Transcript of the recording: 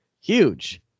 huge